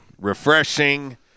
Refreshing